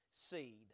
seed